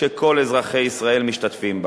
שכל אזרחי ישראל משתתפים בה.